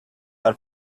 are